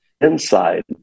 inside